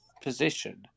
position